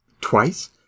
twice